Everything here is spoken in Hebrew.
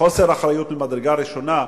חוסר אחריות ממדרגה ראשונה,